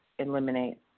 eliminate